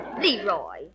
Leroy